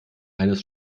eines